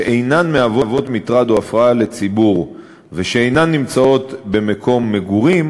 שאינן מהוות מטרד או הפרעה לציבור ושאינן נמצאות במקום מגורים,